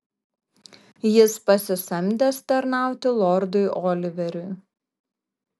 jis pasisamdęs tarnauti lordui oliveriui